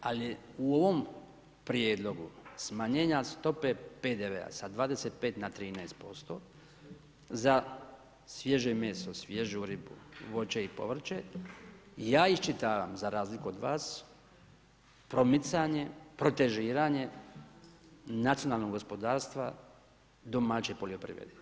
Ali u ovom prijedlogu smanjenja stope PDV-a sa 25 na 13% za svježe meso, svježu ribu, voće i povrće, ja iščitavam, za razliku od vas promicanje, protežiranje nacionalnog gospodarstva domaće poljoprivrede.